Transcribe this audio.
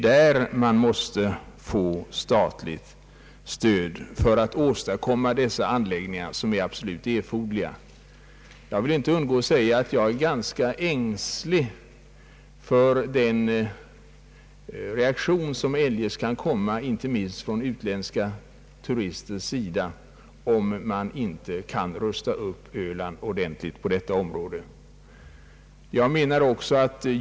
För att kunna åstadkomma dessa absolut erforderliga anläggningar måste man på Öland få statligt stöd. Jag är annars ängslig för den reaktion som kan komma inte minst från utländska turisters sida, om man inte kan rusta upp Öland ordentligt ur turistsynpunkt.